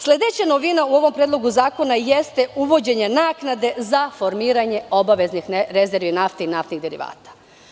Sledeća novina u ovom Predlogu zakona jeste uvođenje naknade za formiranje obaveznih rezervi nafte i naftnih derivata.